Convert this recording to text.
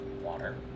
water